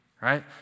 Right